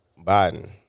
Biden